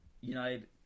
United